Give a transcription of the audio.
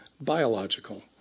biological